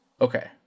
Okay